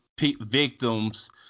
victims